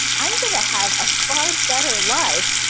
i'm gonna have a far better life,